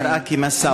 זה נראה כמסעוד.